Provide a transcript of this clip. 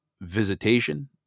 visitation